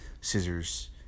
scissors